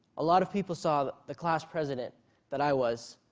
a lot of people saw the class president that i was,